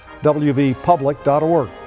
wvpublic.org